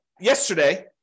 yesterday